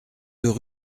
deux